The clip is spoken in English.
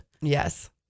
Yes